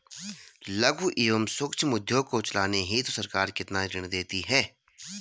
लघु एवं सूक्ष्म उद्योग को चलाने हेतु सरकार कितना ऋण देती है?